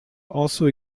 also